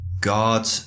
God